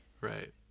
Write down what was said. Right